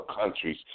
countries